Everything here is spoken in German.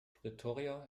pretoria